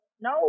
No